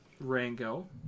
Rango